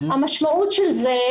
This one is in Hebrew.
המשמעות של זה,